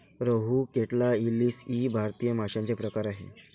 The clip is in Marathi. रोहू, कटला, इलीस इ भारतीय माशांचे प्रकार आहेत